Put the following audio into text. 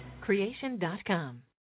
creation.com